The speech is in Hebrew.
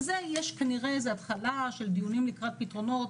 לזה יש כנראה התחלה של דיונים לקראת פתרונות,